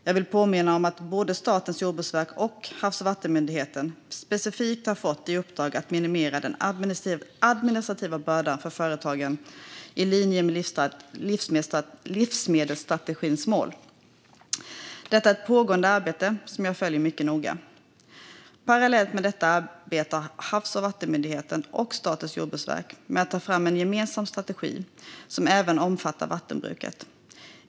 Jag vill påminna om att både Statens jordbruksverk och Havs och vattenmyndigheten specifikt har fått i uppdrag att minimera den administrativa bördan för företagen i linje med livsmedelsstrategins mål. Detta är ett pågående arbete som jag följer mycket noga. Parallellt med detta arbetar Havs och vattenmyndigheten och Statens jordbruksverk med att ta fram en gemensam strategi som även omfattar vattenbruket.